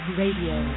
radio